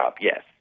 yes